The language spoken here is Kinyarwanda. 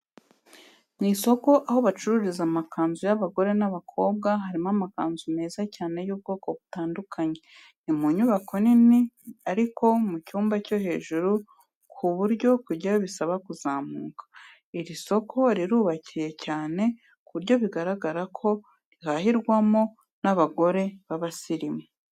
Mu isoko aho bacururiza amakanzu y'abagore n'abakobwa harimo amakanzu meza cyane y'ubwoko butandukanye. Ni mu nyubako nini ariko mu cyumba cyo hejuri ku buryo kujyayo bisaba kuzamuka. Iri soko rirubakiye cyane ku buryo bigaragara ko rihahirwamo n'abagore b'abasirimu.